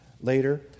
later